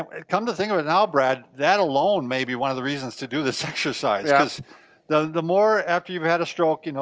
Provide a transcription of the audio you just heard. come to think of it. now brad that alone maybe one of the reasons to do this exercise, yeah cause the the more, after you've had a stroke, you know,